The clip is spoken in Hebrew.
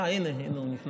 אה, הנה הוא נכנס.